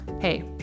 Hey